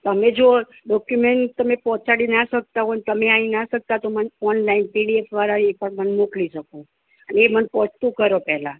તમે જો ડોકયુમેંટ તમે પહોંચાડી ના શકતા હોય ન તમે આવી ના શકતા તો મને ઓનલાઈન પીડીએફ દ્વારા એકવાર મને મોકલી શકો અને એ મને પહોંચતુ કરો પહેલાં